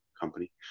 company